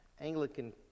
Anglican